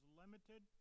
limited